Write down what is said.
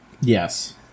Yes